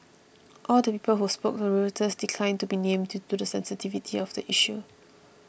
all the people who spoke to Reuters declined to be named due to the sensitivity of the issue